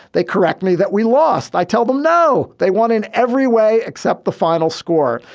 they correct me that we lost. i tell them no. they want in every way except the final score.